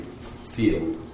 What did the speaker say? field